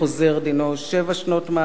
דינו שבע שנות מאסר,